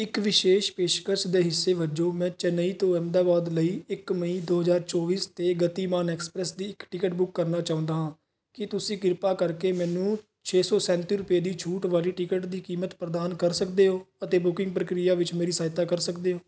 ਇੱਕ ਵਿਸ਼ੇਸ਼ ਪੇਸ਼ਕਸ਼ ਦੇ ਹਿੱਸੇ ਵਜੋਂ ਮੈਂ ਚੇਨਈ ਤੋਂ ਅਹਿਮਦਾਬਾਦ ਲਈ ਇੱਕ ਮਈ ਦੋ ਹਜ਼ਾਰ ਚੌਵੀ 'ਤੇ ਗਤੀਮਾਨ ਐਕਸਪ੍ਰੈਸ ਦੀ ਇੱਕ ਟਿਕਟ ਬੁੱਕ ਕਰਨਾ ਚਾਹੁੰਦਾ ਹਾਂ ਕੀ ਤੁਸੀਂ ਕਿਰਪਾ ਕਰਕੇ ਮੈਨੂੰ ਛੇ ਸੌ ਸੈਂਤੀ ਰੁਪਏ ਦੀ ਛੂਟ ਵਾਲੀ ਟਿਕਟ ਦੀ ਕੀਮਤ ਪ੍ਰਦਾਨ ਕਰ ਸਕਦੇ ਹੋ ਅਤੇ ਬੁਕਿੰਗ ਪ੍ਰਕਿਰਿਆ ਵਿੱਚ ਮੇਰੀ ਸਹਾਇਤਾ ਕਰ ਸਕਦੇ ਹੋ